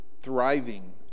thriving